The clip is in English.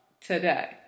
today